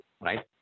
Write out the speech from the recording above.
right